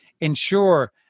ensure